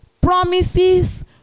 promises